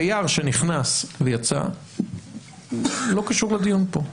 תייר שנכנס ויצא לא קשור לדיון פה,